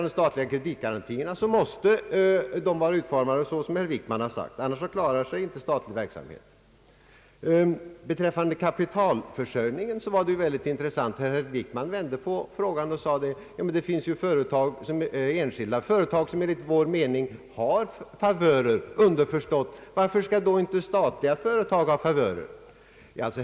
De statliga kreditgarantierna måste vara utformade så som herr Wickman har sagt, annars klarar sig inte statlig verksamhet. Beträffande kapitalförsörjningen var det intressant när herr Wickman vände på frågan och sade att det finns enskilda företag som enligt hans mening har favörer; underförstått: Varför skall då inte statliga företag ha favörer?